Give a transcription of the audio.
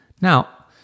Now